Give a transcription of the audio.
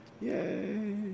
Yay